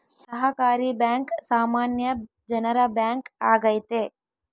ಸಹಕಾರಿ ಬ್ಯಾಂಕ್ ಸಾಮಾನ್ಯ ಜನರ ಬ್ಯಾಂಕ್ ಆಗೈತೆ